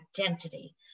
identity